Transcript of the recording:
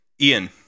Ian